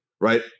right